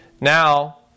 Now